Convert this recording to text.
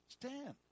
Stand